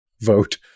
vote